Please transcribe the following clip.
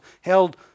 held